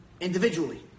individually